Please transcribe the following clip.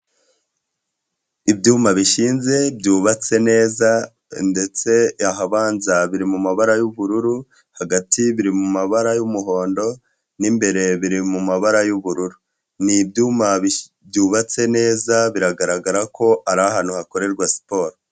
Ibyuma bishinze byubatse neza ndetse ahabanza biri mumabara y'ubururu, hagati biri mumabara y'umuhondo, mo imbere biri mumabara y'ubururu, ni ibyuma byubatse neza biragaragara ko ari ahantu hakorerwa siporo.